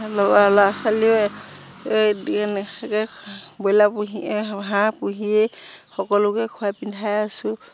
ল'ৰা ল'ৰা ছোৱালীয়ে ব্ৰইলাৰ পুহি হাঁহ পুহিয়েই সকলোকে খোৱাই পিন্ধাই আছো